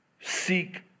seek